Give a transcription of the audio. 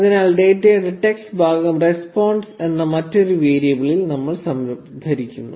അതിനാൽ ഡാറ്റയുടെ ടെക്സ്റ്റ് ഭാഗം റെസ്പോൺസ് എന്ന മറ്റൊരു വേരിയബിളിൽ നമ്മൾ സംഭരിക്കുന്നു